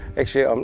actually, um